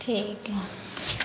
ठीक हइ